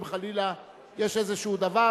אם חלילה יש איזה דבר,